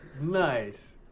Nice